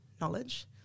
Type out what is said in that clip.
knowledge